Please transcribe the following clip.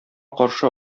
каршы